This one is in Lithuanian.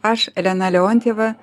aš elena leontjeva